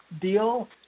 deal